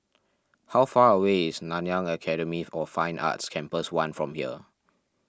how far away is Nanyang Academy of Fine Arts Campus one from here